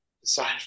decide